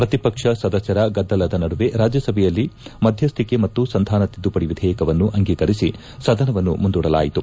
ಪ್ರತಿಪಕ್ಷ ಸದಸ್ಯರ ಗದ್ದಲದ ನಡುವೆ ರಾಜ್ಯಸಭೆಯಲ್ಲಿ ಮಧ್ಯಶ್ಲಿಕೆ ಮತ್ತು ಸಂಧಾನ ತಿದ್ದುಪಡಿ ವಿಧೇಯಕವನ್ನು ಅಂಗೀಕರಿಸಿ ಸದನವನ್ನು ಮುಂದೂಡಲಾಯಿತು